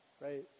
right